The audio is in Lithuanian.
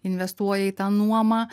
investuoja į tą nuomą